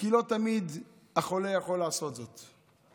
כי לא תמיד החולה יכול לעשות זאת.